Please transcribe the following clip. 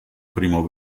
primo